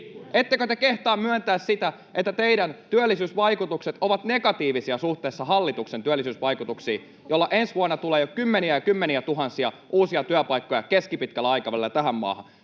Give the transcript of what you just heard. Ettekö te kehtaa myöntää sitä, että teidän työllisyysvaikutuksenne ovat negatiivisia suhteessa hallituksen työllisyysvaikutuksiin, joilla ensi vuonna tulee jo kymmeniä- ja kymmeniätuhansia uusia työpaikkoja keskipitkällä aikavälillä tähän maahan?